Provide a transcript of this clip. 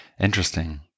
interesting